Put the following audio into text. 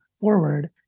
forward